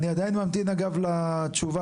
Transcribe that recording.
שמע, לא נראה לי כל כך סביר.